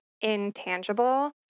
intangible